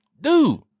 dude